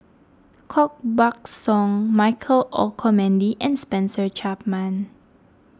Koh Buck Song Michael Olcomendy and Spencer Chapman